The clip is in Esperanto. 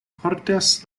portas